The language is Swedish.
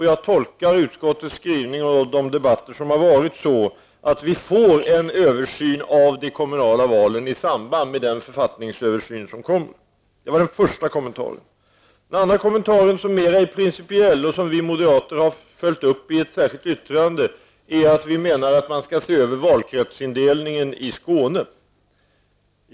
Jag tolkar utskottets skrivning och de debatter som varit så, att vi får en översyn av de kommunala valen i samband med den författningsöversyn som kommer. Det var den första kommentaren. Den andra kommentaren, som är mer principiell och som vi moderater följt upp i ett särskilt yttrande, är att vi menar att man skall se över valkretsindelningen i Skåne.